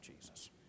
Jesus